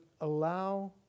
allow